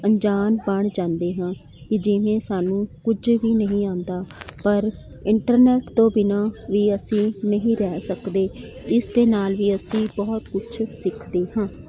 ਅਣਜਾਣ ਬਣ ਜਾਂਦੇ ਹਾਂ ਕਿ ਜਿਵੇਂ ਸਾਨੂੰ ਕੁਝ ਵੀ ਨਹੀਂ ਆਉਂਦਾ ਪਰ ਇੰਟਰਨੈੱਟ ਤੋਂ ਬਿਨਾਂ ਵੀ ਅਸੀਂ ਨਹੀਂ ਰਹਿ ਸਕਦੇ ਇਸ ਦੇ ਨਾਲ਼ ਵੀ ਅਸੀਂ ਬਹੁਤ ਕੁਛ ਸਿੱਖਦੇ ਹਾਂ